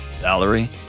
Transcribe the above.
Valerie